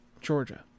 Georgia